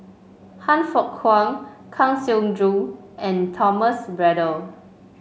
Han Fook Kwang Kang Siong Joo and Thomas Braddell